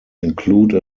include